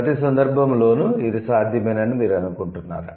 ప్రతి సందర్భంలోనూ ఇది సాధ్యమేనని మీరు అనుకుంటున్నారా